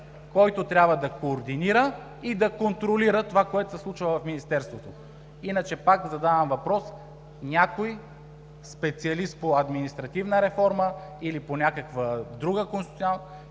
който трябва да координира и да контролира това, което се случва в министерството. Иначе, пак задавам въпрос: някой специалист по административна реформа – или по някаква друга конституционна,